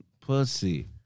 pussy